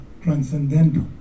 transcendental